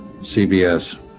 CBS